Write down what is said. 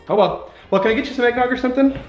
but well well can i get you some eggnog or something